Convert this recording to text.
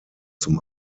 zum